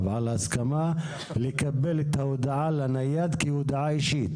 על הסכמה לקבל את ההודעה לנייד כהודעה אישית.